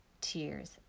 tears